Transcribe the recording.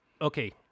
okay